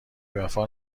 وفا